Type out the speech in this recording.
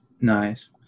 Nice